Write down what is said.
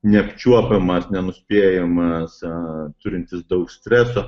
neapčiuopiamas nenuspėjamas turintis daug streso